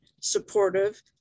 supportive